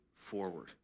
forward